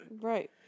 Right